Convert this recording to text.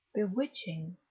bewitching,